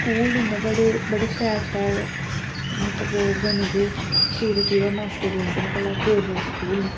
school इन्ने बड्डे बड़े शैल शैल मतलब बने दे दूरां दूरां मास्टर औंदे न भला गौरमैंट स्कूल न